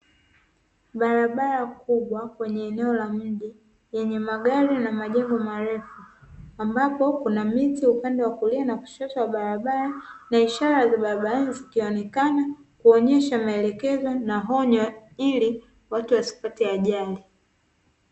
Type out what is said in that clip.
Barabara kubwa kwenye eneo la mji yenye magari na majengo marefu, ambapo kuna miti upande wa kulia na kushoto wa barabara na ishara za barabara zikionekana kuonyesha maelekezo na onyo ili watu wasipate ajali.